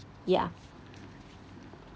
yeah